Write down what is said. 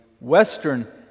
western